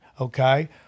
okay